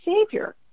savior